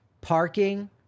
parking